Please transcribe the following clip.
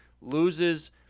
Loses